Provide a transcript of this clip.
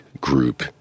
group